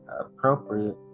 appropriate